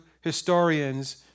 historians